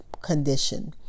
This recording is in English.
condition